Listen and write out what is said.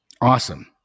Awesome